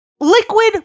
Liquid